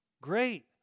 great